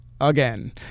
again